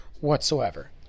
whatsoever